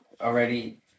already